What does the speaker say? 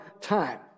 time